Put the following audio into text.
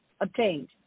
obtained